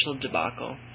debacle